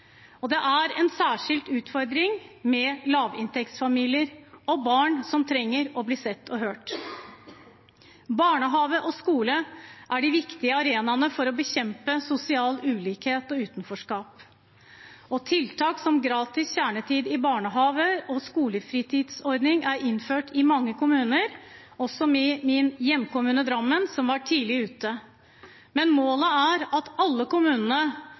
særskilt. Det er en særskilt utfordring med lavinntektsfamilier og barn som trenger å bli sett og hørt. Barnehage og skole er de viktige arenaene for å bekjempe sosial ulikhet og utenforskap, og tiltak som gratis kjernetid i barnehage og skolefritidsordning er innført i mange kommuner, også i min hjemkommune, Drammen, som var tidlig ute. Målet er at alle kommunene